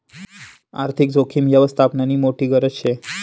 आर्थिक जोखीम यवस्थापननी मोठी गरज शे